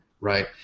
right